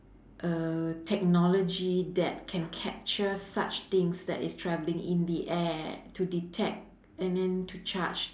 err technology that can capture such things that is traveling in the air to detect and then to charge